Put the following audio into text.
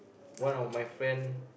one of my friend